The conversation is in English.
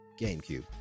GameCube